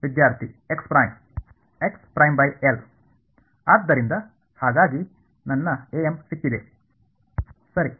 ವಿದ್ಯಾರ್ಥಿ ಆದ್ದರಿಂದ ಹಾಗಾಗಿ ನನ್ನ am ಸಿಕ್ಕಿದೆ ಸರಿ